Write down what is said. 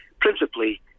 principally